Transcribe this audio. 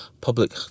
public